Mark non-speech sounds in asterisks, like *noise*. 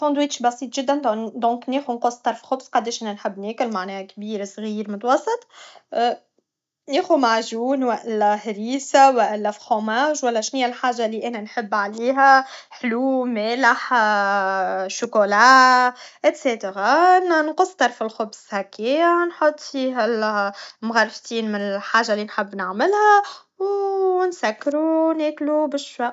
السندويتش بسيط جدا دونك ناخذ نقص طرف خبز قداش نحب ناكل معناها كبير صغيرمتوسط ناخد معجون لهريسه والا فخوماج و لا شنيه الحاجة لي انا نحب عليها حلو مالح *hesitation* شكولا اكسيتيرا نقص طرف الخبز هكايا نحط فيه مغرفتين من الحاجة لي نحب نعملها و نسكرو و ناكلو بشفا